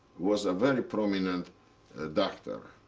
was a very prominent ah doctor.